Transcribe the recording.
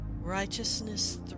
Righteousness